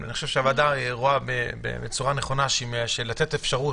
אני חושב שהוועדה רואה בצורה נכונה לתת אפשרות